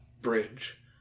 bridge